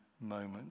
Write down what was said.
moment